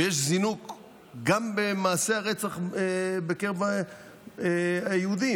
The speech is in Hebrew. ויש זינוק גם במעשי הרצח בקרב היהודים,